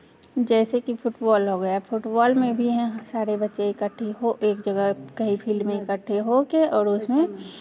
जैसे कि फ़ुटबॉल हो गया फ़ुटबॉल में भी हैं सारे बच्चे इकट्ठे हो एक जगह कहीं फ़ील्ड में इकट्ठे होके और उसमें